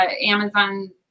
Amazon